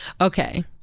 okay